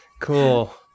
Cool